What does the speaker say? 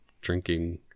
drinking